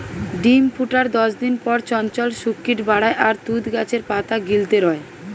ডিম ফুটার দশদিন পর চঞ্চল শুক কিট বারায় আর তুত গাছের পাতা গিলতে রয়